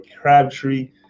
Crabtree